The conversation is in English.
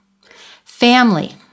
Family